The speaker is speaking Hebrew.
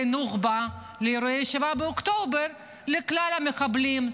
נוח'בה ואירועי 7 באוקטובר לכלל המחבלים,